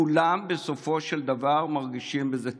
כולם בסופו של דבר מרגישים עם זה טוב.